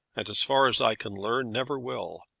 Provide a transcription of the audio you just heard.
and, as far as i can learn, never will.